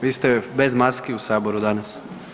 Vi ste bez maski u Saboru danas?